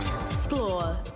explore